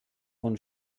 von